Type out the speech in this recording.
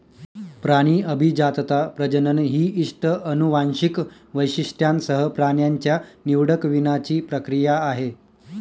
प्राणी अभिजातता, प्रजनन ही इष्ट अनुवांशिक वैशिष्ट्यांसह प्राण्यांच्या निवडक वीणाची प्रक्रिया आहे